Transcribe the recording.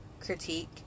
critique